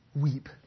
weep